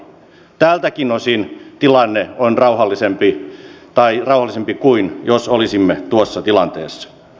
tältäkin osin tilanne on rauhallisempi kuin jos olisimme tuossa tilanteessa